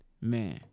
Man